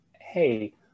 hey